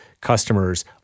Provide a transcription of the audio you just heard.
customers